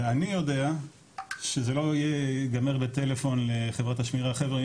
ואני יודע שזה לא ייגמר בטלפון לחברת השמירה חבר'ה,